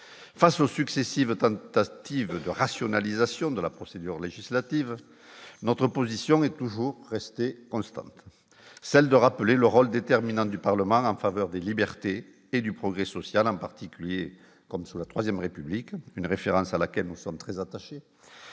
face aux successives, tentative de rationalisation de la procédure législative, notre position est toujours restée constante, celle de rappeler le rôle déterminant du Parlement en faveur des libertés et du progrès social, en particulier, comme sous la IIIe République, une référence à laquelle nous sommes très attachés,